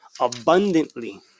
abundantly